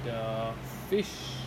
the fish